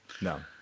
no